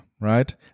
right